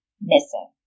missing